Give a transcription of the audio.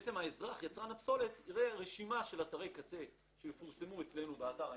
כשיצרן הפסולת יראה את רשימת אתרי הקצה שיפורסמו אצלנו באתר האינטרנט,